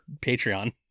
Patreon